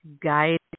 guided